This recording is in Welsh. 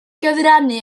gyfrannu